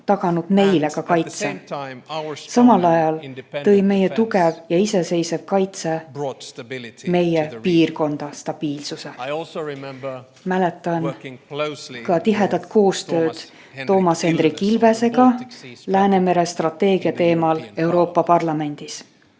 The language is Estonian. taganud kaitse ka meile. Samal ajal tõi meie tugev ja iseseisev kaitse meie piirkonda stabiilsuse. Mäletan tihedat koostööd Toomas Hendrik Ilvesega Läänemere strateegia teemal Euroopa Parlamendis.